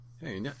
Hey